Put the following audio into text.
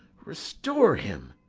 restore him!